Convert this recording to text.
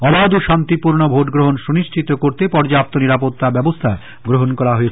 অবাধ ও শান্তিপূর্ণ ভোট গ্রহন সুনিশ্চিত করতে পর্যাপ্ত নিরাপত্তা ব্যবস্থা গ্রহন করা হয়েছে